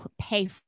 pay